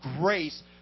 grace